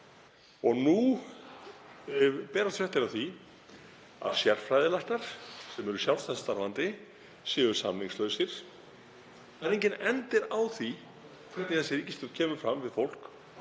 og nú berast fréttir af því að sérfræðilæknar, sem eru sjálfstætt starfandi, séu samningslausir. Það er enginn endir á því hvernig þessi ríkisstjórn kemur fram við fólk